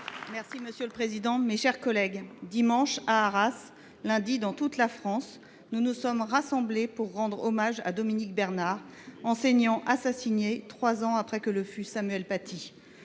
Monsieur le ministre, dimanche à Arras, lundi dans toute la France, nous nous sommes rassemblés pour rendre hommage à Dominique Bernard, enseignant assassiné, trois ans après que l’a été Samuel Paty.